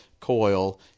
coil